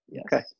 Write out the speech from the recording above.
Okay